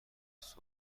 صبح